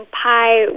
pie